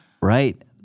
right